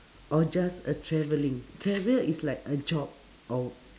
or just a travelling career is like a job or